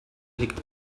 liegt